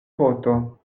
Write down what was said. poto